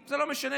זה לא משנה,